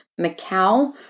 Macau